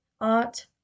art